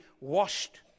washed